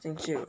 I think 就